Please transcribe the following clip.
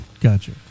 Gotcha